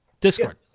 discord